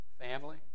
Family